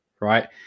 right